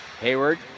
Hayward